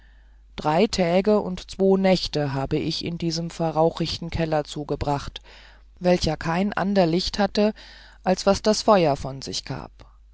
drei täge und zwo nächte habe ich in diesem raucherichten keller zubracht welcher kein ander liecht hatte als was das feur von sich gab